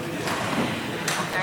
יותר נכון אתמול בלילה,